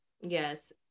yes